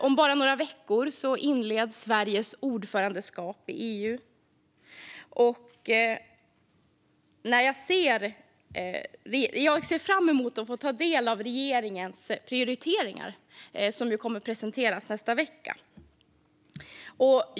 Om bara några veckor inleds Sveriges ordförandeskap i EU. Jag ser fram emot att få ta del av regeringens prioriteringar inför ordförandeskapet, som kommer att presenteras nästa vecka.